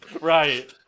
Right